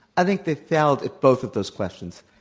i think they failed at both of those questions.